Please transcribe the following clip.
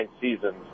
seasons